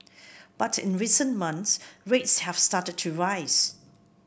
but in recent months rates have started to rise